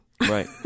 Right